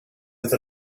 with